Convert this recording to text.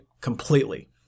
completely